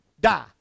die